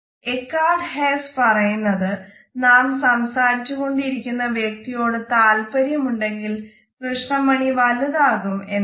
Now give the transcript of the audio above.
ഇക്കാർഡ് Hess പറയുന്നത് നാം സംസാരിച്ചുകൊണ്ട് ഇരിക്കുന്ന വ്യക്തിയോട് താൽപര്യം ഉണ്ടെങ്കിൽ കൃഷ്ണമണി വലുതാകും എന്നാണ്